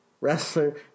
wrestler